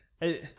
hey